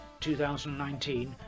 2019